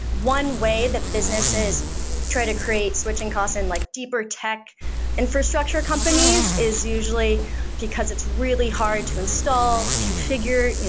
one way that businesses try to create switching cost in like deeper tech infrastructure companies is usually because it's really hard to install, configure,